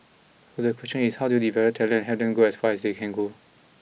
so the question is how do you develop talent and have them go as far as they can go